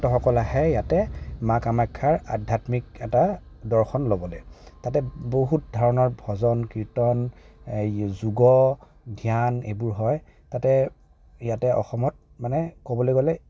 ভক্তসকল আহে ইয়াতে মা কামাখ্যাৰ আধ্যাত্মিক এটা দৰ্শন ল'বলে তাতে বহুত ধৰণৰ ভজন কীৰ্তন যোগ ধ্যান এইবোৰ হয় তাতে ইয়াতে অসমত মানে অসমত ক'বলে গ'লে